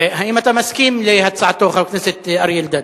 האם אתה מסכים להצעתו, חבר הכנסת אריה אלדד?